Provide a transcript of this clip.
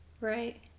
Right